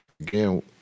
Again